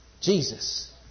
Jesus